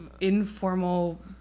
informal